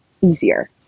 easier